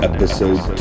Episode